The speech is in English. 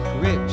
rich